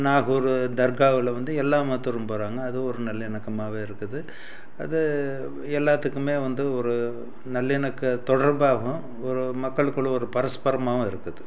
நாகூர் தர்காவில் வந்து எல்லா மதத்தினரும் போகிறாங்க அது ஒரு நல்லிணக்கமாகவே இருக்குது அது எல்லாத்துக்குமே வந்து ஒரு நல்லிணக்க தொடர்பாகவும் ஒரு மக்களுக்குள்ளே ஒரு பரஸ்பரமாகவும் இருக்குது